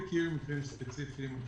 מקרים ספציפיים.